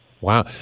Wow